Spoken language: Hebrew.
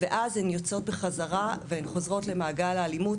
ואז הן יוצאות בחזרה והן חוזרות למעגל האלימות,